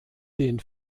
den